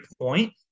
point